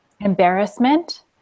embarrassment